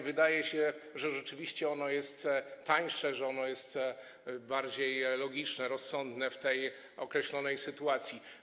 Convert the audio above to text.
Wydaje się, że rzeczywiście ono jest tańsze, bardziej logiczne i rozsądne w tej określonej sytuacji.